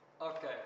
okay